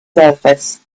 surface